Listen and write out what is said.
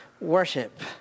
worship